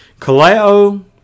kaleo